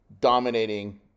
dominating